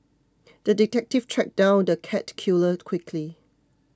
the detective tracked down the cat killer quickly